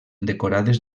decorades